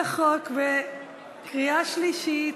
החוק בקריאה שלישית,